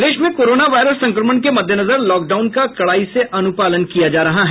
प्रदेश में corona virus संक्रमण के मद्देनजर लॉकडाउन का कड़ाई से अनुपालन किया जा रहा है